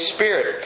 Spirit